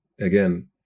again